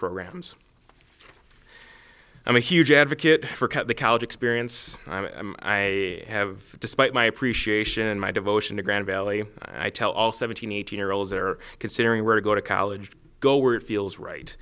programs i'm a huge advocate for cut the college experience i have despite my appreciation my devotion to grand valley i tell all seventeen eighteen year olds are considering where to go to college go where it feels right